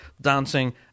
dancing